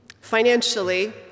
Financially